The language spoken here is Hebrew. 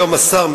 היום השר,